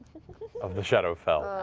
of the shadowfell,